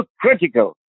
critical